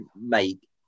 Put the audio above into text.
make